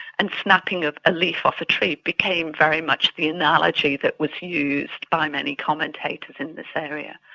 and snapping ah a leaf off a tree became very much the analogy that was used by many commentators in this area.